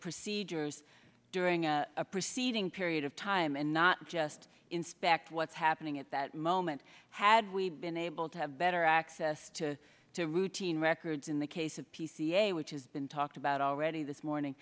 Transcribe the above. procedures during a proceeding period of time and not just inspect what's happening at that moment had we been able to have better access to to routine records in the case of p c a which has been talked about already this morning